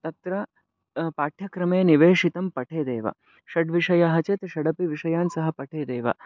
तत्र पाठ्यक्रमे निवेषितं पठेदेव षड् विषयाः चेत् षडपि विषयान् सः पठेदेव